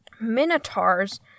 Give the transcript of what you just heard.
minotaurs